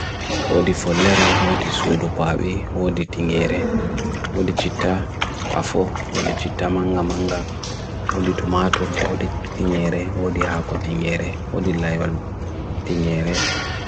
Odi folere, odi sudu pabi, odi tingere, odi cheeta afo, odi cheeta mangamanga, odi tomato, odi tingere, odi hako tingere, odi laival tingere.